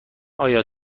آیا